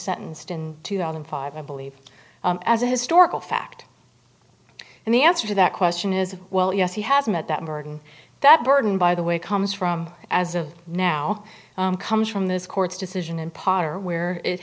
sentenced in two thousand and five i believe as a historical fact and the answer to that question is well yes he has met that burden that burden by the way comes from as of now comes from this court's decision and potter where it